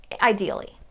ideally